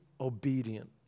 obedient